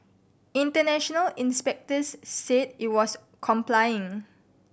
international inspectors said it was complying